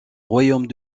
royaume